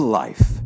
life